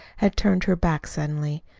had turned her back suddenly.